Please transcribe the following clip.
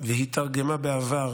והיתרגמה בעבר